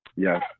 Yes